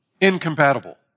incompatible